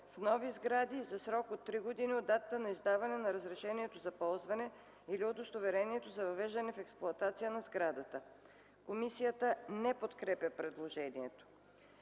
в нови сгради за срок от 3 години от датата на издаване на разрешението за ползване или удостоверението за въвеждане в експлоатация на сградата.” Комисията не подкрепя предложението.